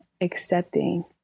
accepting